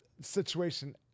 situation